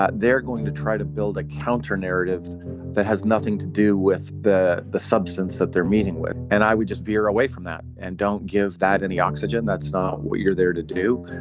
they're going to try to build a counter narrative that has nothing to do with the the substance that they're meeting with. and i would just veer away from that and don't give that any oxygen. that's not what you're there to do.